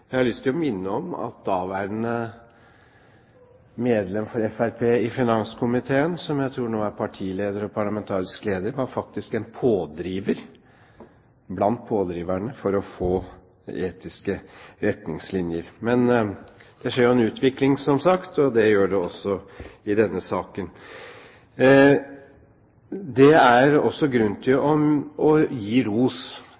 Jeg har lyst til å minne om at daværende medlem fra Fremskrittspartiet i finanskomiteen, som jeg tror nå er partileder og parlamentarisk leder, faktisk var blant pådriverne for å få etiske retningslinjer. Men det skjer jo en utvikling, som sagt, og det gjør det også i denne saken. Det er også